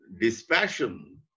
dispassion